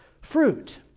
fruit